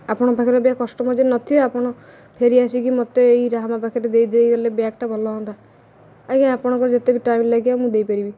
ଆପଣଙ୍କ ପାଖରେ ଅବିକା କଷ୍ଟମର୍ ଯଦି ନଥିବେ ଆପଣ ଫେରି ଆସିକି ମୋତେ ଏଇ ରାହାମା ପାଖରେ ଦେଇ ଦେଇଗଲେ ବ୍ୟାଗ୍ଟା ଭଲ ହୁଅନ୍ତା ଆଜ୍ଞା ଆପଣଙ୍କର ଯେତେବି ଟାଇମ୍ ଲାଗିବ ମୁଁ ଦେଇପାରିବି